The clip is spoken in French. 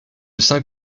cinq